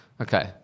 Okay